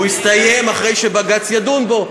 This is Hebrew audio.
הוא יסתיים אחרי שבג"ץ ידון בו.